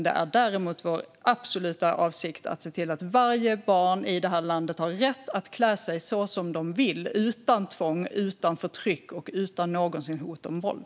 Det är däremot vår absoluta avsikt att se till att varje barn i det här landet har rätt att klä sig så som det vill - utan tvång, utan förtryck och utan hot om våld.